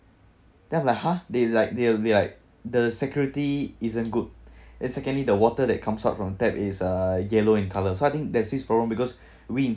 then I'm like !huh! they like they will be like the security isn't good then secondly the water that comes out from tab is uh yellow in color so I think there's this problem because we